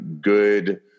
good